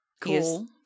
Cool